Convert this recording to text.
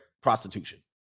prostitution